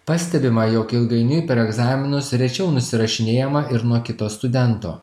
pastebima jog ilgainiui per egzaminus rečiau nusirašinėjama ir nuo kito studento